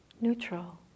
neutral